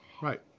Right